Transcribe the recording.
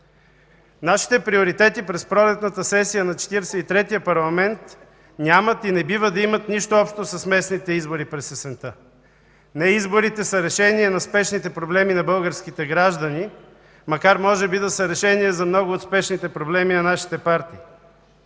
Нашите приоритети през пролетната сесия на Четиридесет и третия парламент нямат и не бива да имат нищо общо с местните избори през есента. Не изборите са решение на спешните проблеми на българските граждани, макар може би да са решение за много от спешните проблеми на нашите партии.